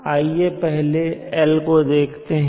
आइए पहले हम L को देखते हैं